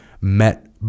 met